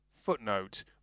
Footnote